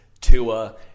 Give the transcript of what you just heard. Tua